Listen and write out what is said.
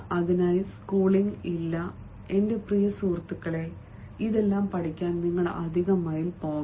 അതിനായി സ്കൂളിംഗ് ഇല്ല എന്റെ പ്രിയ സുഹൃത്തുക്കളേ ഇതെല്ലാം പഠിക്കാൻ നിങ്ങൾ അധിക മൈൽ പോകണം